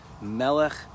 Melech